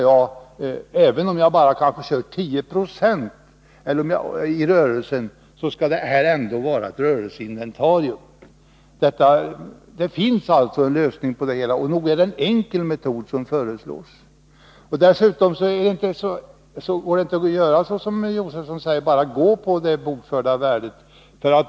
Jag kanske kör bara 10 96 i rörelsen, men som Stig Josefson lägger fram det skall bilen ändå tas upp som inventarium i rörelsen. Det finns en lösning på det hela genom det framlagda förslaget, och nog är det en enkel metod som föreslås. Dessutom går det inte att göra som Stig Josefson förespråkar, att bara gå på det bokförda värdet.